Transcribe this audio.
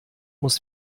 muss